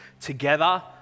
together